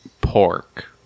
Pork